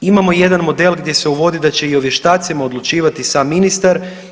Imamo jedan model gdje se uvodi da će i o vještacima odlučivati sam ministar.